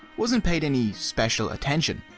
wasn't paid any special attention.